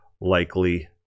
Likely